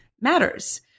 matters